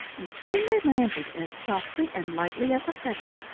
and soon they landed, as softly and lightly as a feather,